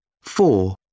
Four